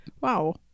wow